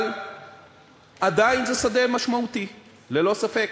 אבל עדיין זה שדה משמעותי, ללא ספק,